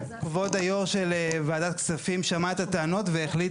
כבוד היו"ר של ועדת הכספים שמע את הטענות והחליט